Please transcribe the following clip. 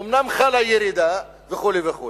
אומנם חלה ירידה וכו' וכו'